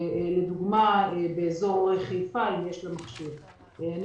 לדוגמה, באזור חיפה יש לקופה מכשיר.